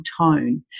tone